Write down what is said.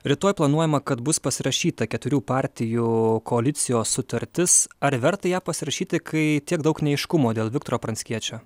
rytoj planuojama kad bus pasirašyta keturių partijų koalicijos sutartis ar verta ją pasirašyti kai tiek daug neaiškumo dėl viktoro pranckiečio